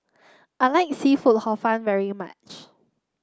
I like seafood Hor Fun very much